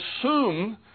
assume